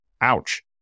Ouch